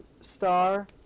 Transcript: star